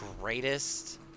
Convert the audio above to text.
greatest